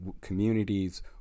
communities